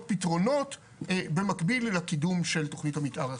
פתרונות במקביל לקידום של תכנית המתאר החדשה.